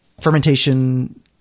fermentation